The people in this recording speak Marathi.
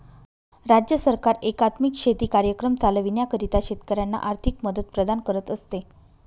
राज्य सरकार एकात्मिक शेती कार्यक्रम चालविण्याकरिता शेतकऱ्यांना आर्थिक मदत प्रदान करत असते